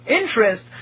interest